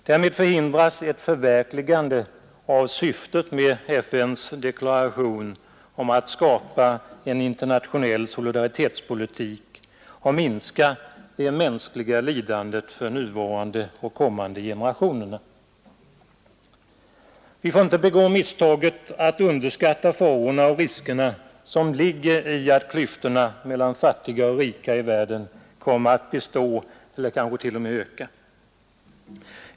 Därmed förhindras ett förverkligande av syftet med FN:s deklaration om att skapa en internationell solidaritetspolitik och minska det mänskliga lidandet för nuvarande och kommande generationer. Vi får inte begå misstaget att underskatta farorna och riskerna, som ligger i att klyftorna mellan fattiga och rika i världen kommer att bestå eller kanske t.o.m. öka.